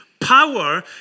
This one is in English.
power